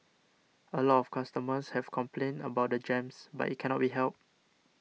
a lot of customers have complained about the jams but it cannot be helped